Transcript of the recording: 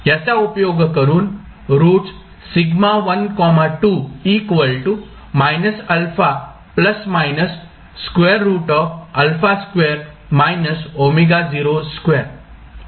याचा उपयोग करून रूट्स म्हणून लिहिले जाऊ शकतात